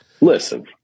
Listen